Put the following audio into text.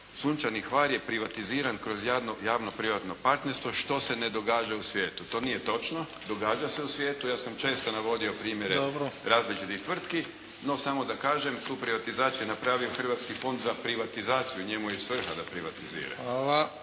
Sunčani Hvar je privatiziran kroz javno privatno partnerstvo što se ne događa u svijetu. To nije točno, događa se u svijetu. Ja sam često navodio primjere različitih tvrtki. No, samo da kažem. Tu privatizaciju napravio je Hrvatski fond za privatizaciju, a njemu je svrha da privatizira.